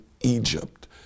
Egypt